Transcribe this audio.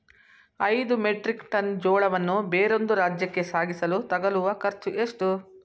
ಐದು metric ton ಜೋಳವನ್ನು ಬೇರೊಂದು ರಾಜ್ಯಕ್ಕೆ ಸಾಗಿಸಲು ತಗಲುವ ಖರ್ಚು ಎಷ್ಟು?